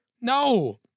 No